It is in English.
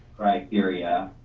criteria,